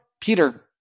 Peter